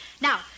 Now